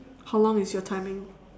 how long is your timing